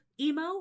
emo